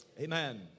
Amen